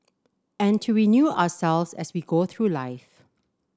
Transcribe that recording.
and to renew ourselves as we go through life